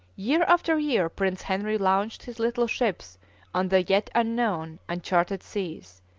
year after year prince henry launched his little ships on the yet unknown, uncharted seas,